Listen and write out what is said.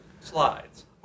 slides